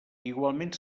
igualment